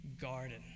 garden